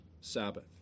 Sabbath